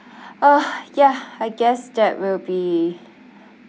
ugh ya I guess that will be